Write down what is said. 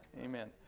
amen